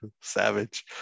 savage